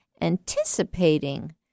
anticipating